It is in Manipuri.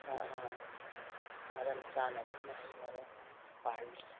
ꯃꯔꯝ ꯆꯥꯅ ꯑꯗꯨꯝ ꯃꯍꯩ ꯃꯔꯣꯡ ꯄꯥꯜꯂꯤ